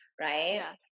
Right